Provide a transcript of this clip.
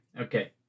Okay